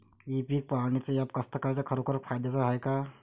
इ पीक पहानीचं ॲप कास्तकाराइच्या खरोखर फायद्याचं हाये का?